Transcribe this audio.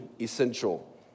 essential